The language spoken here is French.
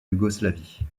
yougoslavie